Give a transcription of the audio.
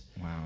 Wow